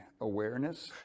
awareness